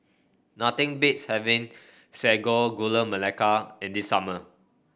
nothing beats having Sago Gula Melaka in the summer